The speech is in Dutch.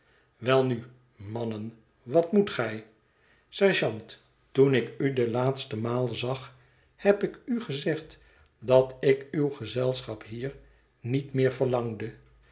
welnu mannen wat moet gij sergeant toen ik u de laatste maal zag heb ik u gezégd dat ik uw gezelschap hier niet meer verlangde